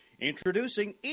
Introducing